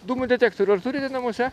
dūmų detektorių ar turite namuose